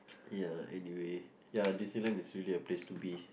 ya anyway ya New Zealand is really a place to be